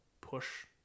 push